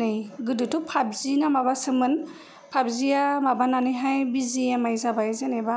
नै गोदोथ' फाबजि ना माबासोमोन फाबजिया माबानानैहाय बिजिएमाय जाबाय जेनबा